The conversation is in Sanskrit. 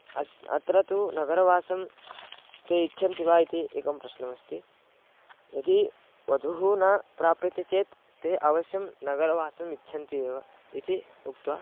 अस्य अत्र तु नगरवासं ते इच्छन्ति वा इति एकं प्रश्नमस्ति यदि वधुः न प्राप्यते चेत् ते अवश्यं नगरवासम् इच्छन्ति एव इति उक्त्वा